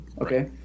Okay